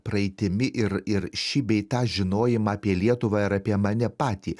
praeitimi ir ir šį bei tą žinojimą apie lietuvą ir apie mane patį